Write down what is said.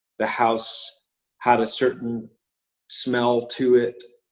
the house had a certain smell to it.